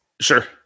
Sure